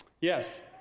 Yes